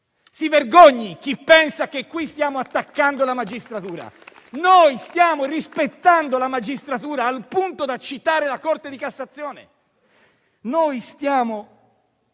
Si vergogni chi pensa che qui stiamo attaccando la magistratura. Noi stiamo rispettando la magistratura al punto da citare la Corte di cassazione. Noi stiamo